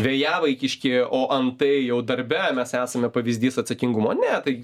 vėjavaikiški o antai jau darbe mes esame pavyzdys atsakingumo ne tai